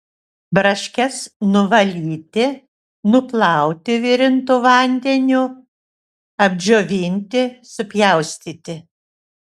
braškes nuvalyti nuplauti virintu vandeniu apdžiovinti supjaustyti